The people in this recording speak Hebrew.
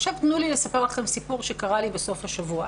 עכשיו תנו לי לספר לכם סיפור שקרה לי בסוף השבוע.